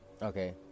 Okay